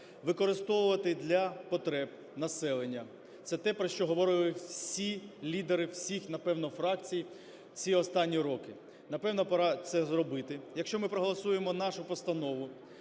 використовувати для потреб населення. Це те, про що говорили лідери всіх, напевно, фракцій ці останні роки, напевно, пора це зробити. Якщо ми проголосуємо нашу постанову,